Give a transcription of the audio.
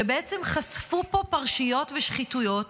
שבעצם חשפו פה פרשיות ושחיתויות